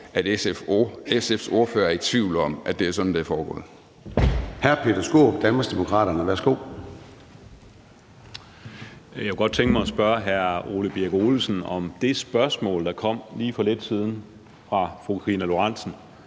og SF's ordfører er i tvivl om, at det er sådan, det er foregået.